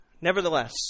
nevertheless